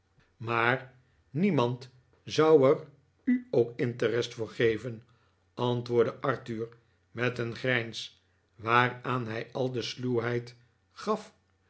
maar niemand zou er u ook interest voor geven antwoordde arthur met een grijns waaraan hij al